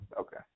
Okay